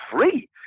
free